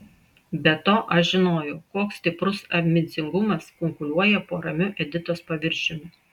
be to aš žinojau koks stiprus ambicingumas kunkuliuoja po ramiu editos paviršiumi